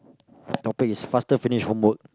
topic is faster finish homework